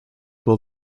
will